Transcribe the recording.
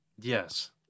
Yes